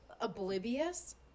oblivious